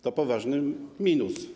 To poważny minus.